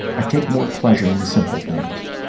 i take more pleasure in the simple things.